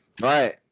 Right